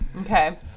okay